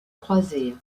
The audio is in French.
croisée